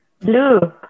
Blue